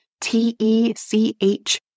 T-E-C-H